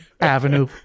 avenue